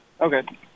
Okay